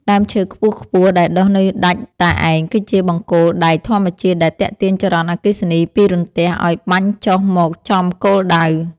ដើមឈើខ្ពស់ៗដែលដុះនៅដាច់តែឯងគឺជាបង្គោលដែកធម្មជាតិដែលទាក់ទាញចរន្តអគ្គិសនីពីរន្ទះឱ្យបាញ់ចុះមកចំគោលដៅ។